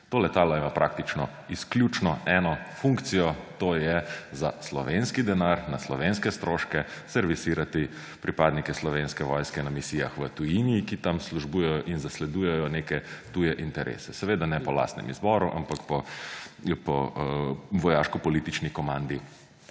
To letalo ima praktično izključno eno funkcijo, to je za slovenski denar, na slovenske stroške servisirati pripadnike Slovenske vojske na misijah v tujini, ki tam službujejo in zasledujejo neke tuje interese, seveda ne po lastnem izboru, ampak po vojaškopolitični komandi,